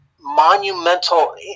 monumental